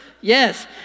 Yes